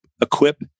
equip